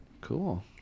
cool